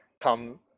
come